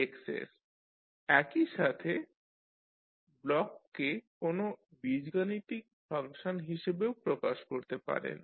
একই সাথে ব্লককে কোন বীজগাণিতিক ফাংশন হিসাবেও প্রকাশ করতে পারেন